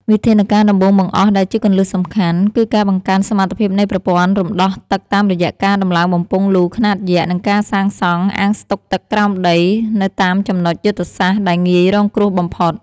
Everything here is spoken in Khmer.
វិធានការដំបូងបង្អស់ដែលជាគន្លឹះសំខាន់ គឺការបង្កើនសមត្ថភាពនៃប្រព័ន្ធរំដោះទឹកតាមរយៈការដំឡើងបំពង់លូខ្នាតយក្ស និងការសាងសង់អាងស្តុកទឹកក្រោមដីនៅតាមចំណុចយុទ្ធសាស្ត្រដែលងាយរងគ្រោះបំផុត។